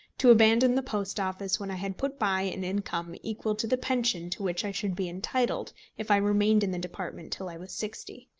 to abandon the post office when i had put by an income equal to the pension to which i should be entitled if i remained in the department till i was sixty.